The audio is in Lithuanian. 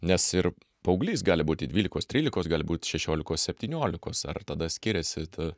nes ir paauglys gali būti dvylikos trylikos gali būt šešiolikos septyniolikos ar tada skiriasi ta